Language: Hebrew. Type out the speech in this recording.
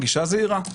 גישה זהירה.